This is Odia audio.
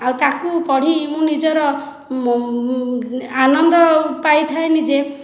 ଆଉ ତାକୁ ପଢ଼ି ମୁଁ ନିଜର ଆନନ୍ଦ ପାଇଥାଏ ନିଜେ